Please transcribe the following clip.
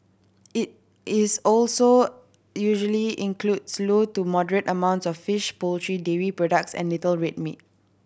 it is also usually includes low to moderate amounts of fish poultry dairy products and little red meat